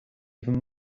even